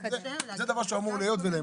זה דבר שהוא אמור להיות.